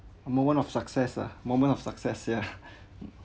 a moment of successor ah moment of success yeah